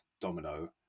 Domino